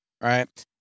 right